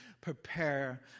prepare